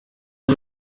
new